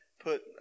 put